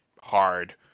hard